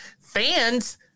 Fans